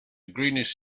greenish